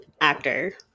actor